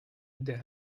der